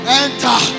enter